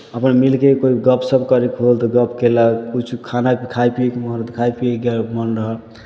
अपन मिलि कऽ कोइ गपशप करयके होल तऽ गप कयलक किछु खाना खाए पियैके मोन रहल तऽ खाय पिए गएल मोन रहल